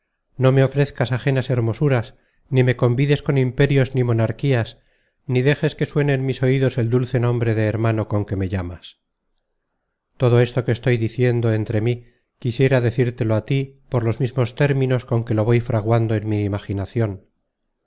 no me ofrezcas ajenas hermosuras ni me convides con imperios ni monarquías ni dejes que suene en mis oidos el dulce nombre de hermano con que me llamas todo esto que estoy diciendo entre mí quisiera decirtelo á tí por los mismos términos con que lo voy fraguando en mi imaginacion